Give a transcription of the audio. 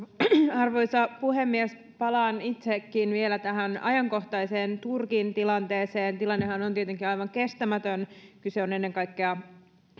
arvoisa puhemies palaan itsekin vielä tähän ajankohtaiseen turkin tilanteeseen tilannehan on tietenkin aivan kestämätön kyse on ennen kaikkea